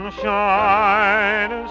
shine